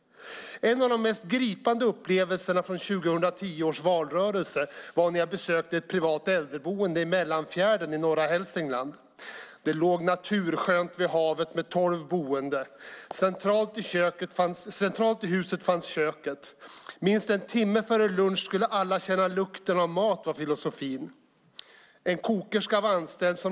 En av de mest gripande upplevelserna från 2010 års valrörelse var när jag besökte ett privat äldreboende i Mellanfjärden i norra Hälsingland. Det låg naturskönt vid havet, och där fanns tolv boende. Centralt i huset fanns köket. Minst en timme före lunch skulle alla känna lukten av mat, var filosofin. En kokerska var anställd.